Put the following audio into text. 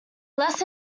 less